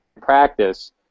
practice